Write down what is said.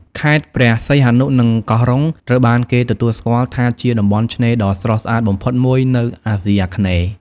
ខេត្តព្រះសីហនុ និងកោះរ៉ុង ត្រូវបានគេទទួលស្គាល់ថាជាតំបន់ឆ្នេរដ៏ស្រស់ស្អាតបំផុតមួយនៅអាស៊ីអាគ្នេយ៍។